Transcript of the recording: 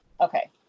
Okay